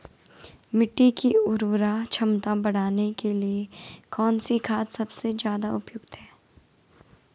मिट्टी की उर्वरा क्षमता बढ़ाने के लिए कौन सी खाद सबसे ज़्यादा उपयुक्त है?